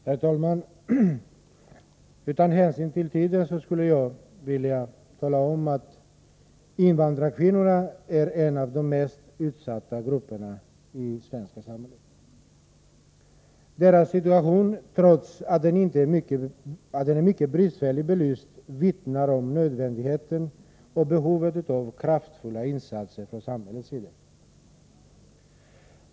Herr talman! Utan hänsyn till den tid det tar vill jag tala om att invandrarkvinnorna är en av de mest utsatta grupperna i det svenska samhället. Deras situation, trots att den är mycket bristfälligt belyst, vittnar om nödvändigheten och behovet av kraftfulla insatser från samhället.